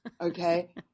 okay